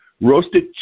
roasted